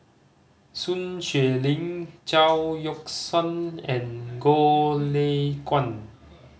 Sun Xueling Chao Yoke San and Goh Lay Kuan